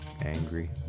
angry